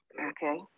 Okay